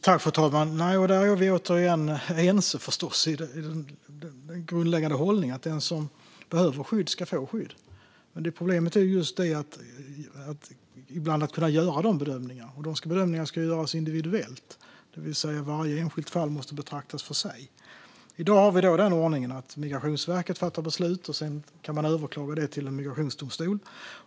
Fru talman! Vi är förstås återigen ense om den grundläggande hållningen att den som behöver skydd ska få skydd. Men problemet är ibland att kunna göra dessa bedömningar, och de ska göras individuellt, det vill säga att varje enskilt fall måste betraktas för sig. I dag har vi ordningen att Migrationsverket fattar beslut, som man sedan kan överklaga till en migrationsdomstol.